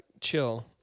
chill